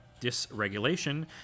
dysregulation